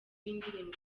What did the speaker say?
y’indirimbo